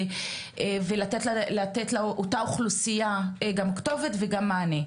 ולתת לאותה אוכלוסיה גם כתובת וגם מענה.